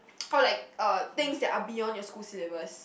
or like uh things that are beyond your school syllabus